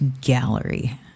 gallery